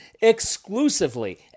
exclusively